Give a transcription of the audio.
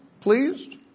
pleased